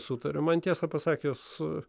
sutariam man tiesą pasakius su